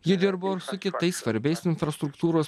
ji dirbo su kitais svarbiais infrastruktūros